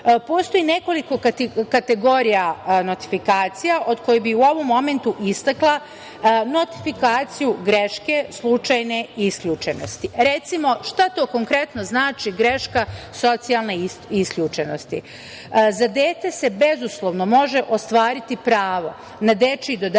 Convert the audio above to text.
zaštite. Postoji nekoliko kategorija notifikacija, od kojih bi u ovom momentu istakla notifikaciju greške, slučajne isključenosti. Recimo, šta to konkretno znači greška socijalne isključenosti? Za dete se bezuslovno može ostvariti pravo na dečiji dodatak